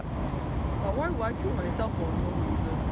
but why would I kill myself for no reason